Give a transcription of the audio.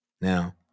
Now